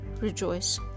rejoice